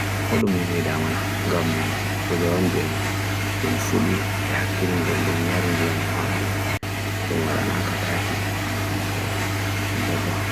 Kodum na idamay, gam kodye onjay, dum funi, behakilin, dum iarindiyam na hande, dum waranaka tha ki, so dum bodum.